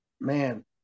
man